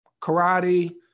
karate